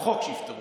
שבחוק יפטרו,